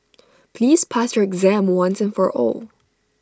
please pass your exam once and for all